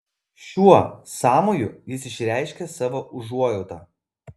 šiuo sąmoju jis išreiškė savo užuojautą